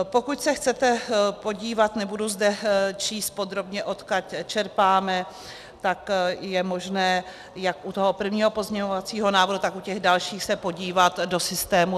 Pokud se chcete podívat, nebudu zde číst podrobně, odkud čerpáme, tak je možné jak u toho prvního pozměňovacího návrhu, tak u těch dalších se podívat do systému.